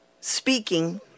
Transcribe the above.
speaking